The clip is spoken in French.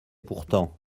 pourtant